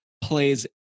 plays